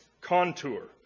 contour